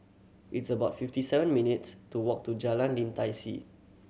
it's about fifty seven minutes' to walk to Jalan Lim Tai See